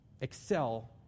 excel